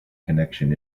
connection